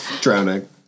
Drowning